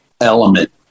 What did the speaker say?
element